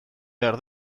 behar